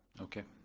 okay.